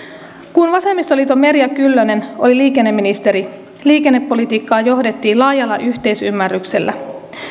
kun vasemmistoliiton merja kyllönen oli liikenneministeri liikennepolitiikkaa johdettiin laajalla yhteisymmärryksellä